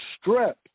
strip